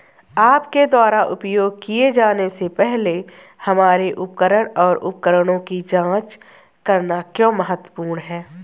आपके द्वारा उपयोग किए जाने से पहले हमारे उपकरण और उपकरणों की जांच करना क्यों महत्वपूर्ण है?